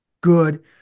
good